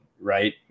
Right